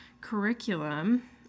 curriculum